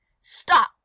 stop